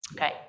Okay